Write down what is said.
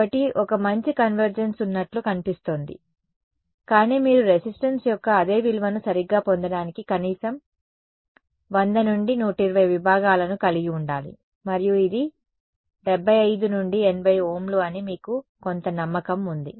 కాబట్టి ఒక మంచి కన్వర్జెన్స్ ఉన్నట్లు కనిపిస్తోంది కానీ మీరు రెసిస్టెన్స్ యొక్క అదే విలువను సరిగ్గా పొందడానికి కనీసం 100 నుండి 120 విభాగాలను కలిగి ఉండాలి మరియు ఇది 75 నుండి 80 ఓంలు అని మీకు కొంత నమ్మకం ఉంది